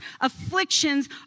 Afflictions